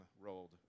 rolled